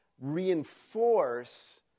reinforce